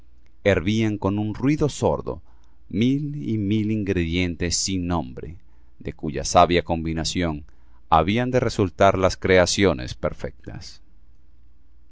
hervían con un ruido sordo mil y mil ingredientes sin nombre de cuya sabia combinación habían de resultar las creaciones perfectas